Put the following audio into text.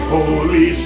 Holy